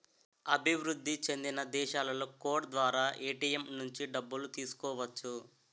అభివృద్ధి చెందిన దేశాలలో కోడ్ ద్వారా ఏటీఎం నుంచి డబ్బులు తీసుకోవచ్చు